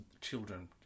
children